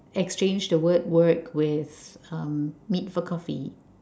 exchange the word work with uh meet for coffee